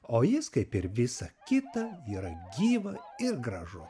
o jis kaip ir visa kita yra gyva ir gražu